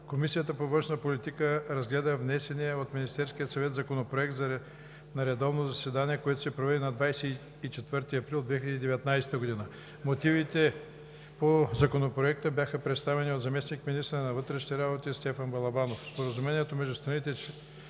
Комисията по външна политика разгледа внесения от Министерския съвет Законопроект на редовно заседание, което се проведе на 24 април 2019 г. Мотивите по Законопроекта бяха представени от заместник-министъра на вътрешните работи Стефан Балабанов. Споразумението между страните